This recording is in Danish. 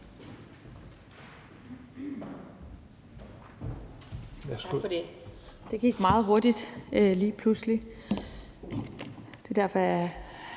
Tak for det. Det gik meget hurtigt lige pludselig, og det er derfor, jeg